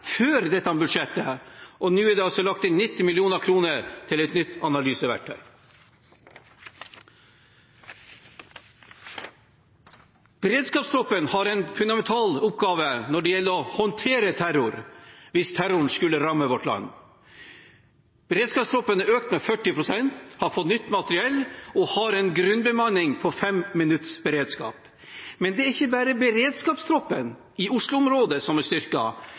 før dette budsjettet. Nå er det lagt inn 90 mill. kr til et nytt analyseverktøy. Beredskapstroppen har en fundamental oppgave når det gjelder å håndtere terror hvis terroren skulle ramme vårt land. Beredskapstroppen er økt 40 pst., har fått nytt materiell, og har en grunnbemanning på fem minutters beredskap. Men det er ikke bare beredskapstroppen i Oslo-området som er